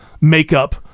makeup